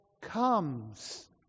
comes